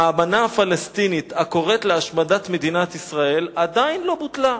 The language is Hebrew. האמנה הפלסטינית הקוראת להשמדת מדינת ישראל עדיין לא בוטלה.